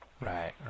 right